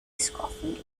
schofield